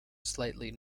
slightly